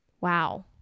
wow